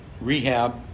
rehab